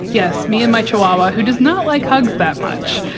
yes. me and my chihuahua, who does not like hugs that much.